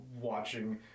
watching